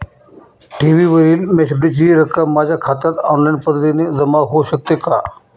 ठेवीवरील मॅच्युरिटीची रक्कम माझ्या खात्यात ऑनलाईन पद्धतीने जमा होऊ शकते का?